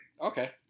Okay